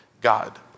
God